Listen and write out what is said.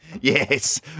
Yes